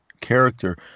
character